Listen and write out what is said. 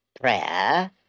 prayer